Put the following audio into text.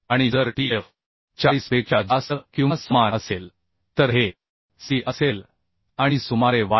आणि जर Tf 40 पेक्षा जास्त किंवा समान असेल तर हे C असेल आणि सुमारे YY